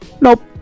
nope